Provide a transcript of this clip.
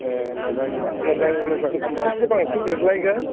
ए मोजां मोजांनि मोजां नामा एसे बांसिन गोग्लैगोन